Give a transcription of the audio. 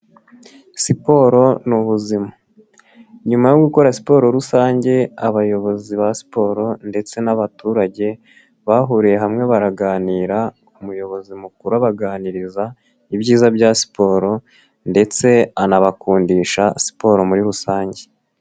Siporo ni ubuzima. Nyuma yo gukora siporo rusange, abayobozi ba siporo ndetse n'abaturage, bahuriye hamwe baraganira, umuyobozi mukuru abaganiriza ibyiza bya siporo ndetse anabakundisha siporo muri rusange.